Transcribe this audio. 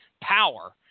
power